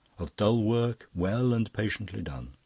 of dull work well and patiently done,